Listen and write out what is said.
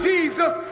Jesus